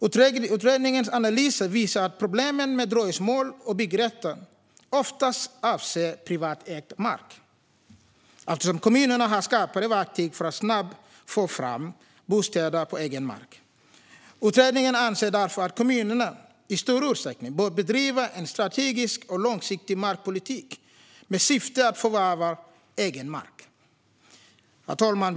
Utredningens analyser visar att problem med dröjsmål och byggrätter oftast avser privatägd mark eftersom kommunerna har skarpare verktyg för att snabbt få fram bostäder på egen mark. Utredningen anser därför att kommunerna i större utsträckning bör bedriva en strategisk och långsiktig markpolitik med syfte att förvärva egen mark. Herr talman!